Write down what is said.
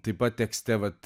taip pat tekste vat